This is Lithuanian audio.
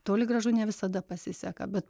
toli gražu ne visada pasiseka bet